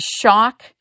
shock